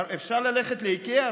אפשר ללכת לאיקאה,